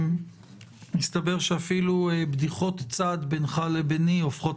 מסתבר שאפילו בדיחות צד בינך לביני הופכות